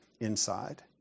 inside